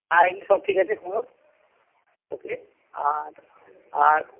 আর এমনি সব ঠিক আছে খবর ওকে আর আর